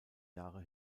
jahre